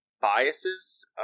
biases